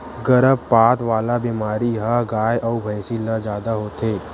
गरभपात वाला बेमारी ह गाय अउ भइसी ल जादा होथे